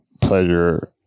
pleasure